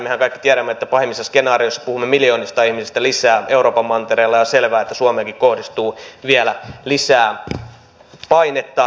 mehän kaikki tiedämme että pahimmissa skenaarioissa puhumme miljoonista ihmisistä lisää euroopan mantereella ja on selvää että suomeenkin kohdistuu vielä lisää painetta